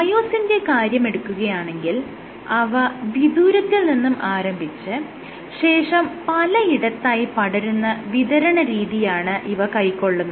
മയോസിന്റെ കാര്യമെടുക്കുകയാണെങ്കിൽ അവ വിദൂരത്തിൽ നിന്നും ആരംഭിച്ച് ശേഷം പലയിടത്തായി പടരുന്ന വിതരണരീതിയാണ് ഇവ കൈക്കൊള്ളുന്നത്